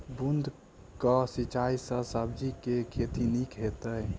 बूंद कऽ सिंचाई सँ सब्जी केँ के खेती नीक हेतइ?